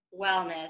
wellness